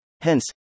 hence